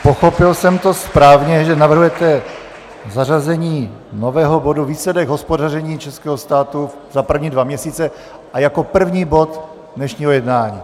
Pochopil jsem to správně, že navrhujete zařazení nového bodu Výsledek hospodaření českého státu za první dva měsíce a jako první bod dnešního jednání?